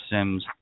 Sims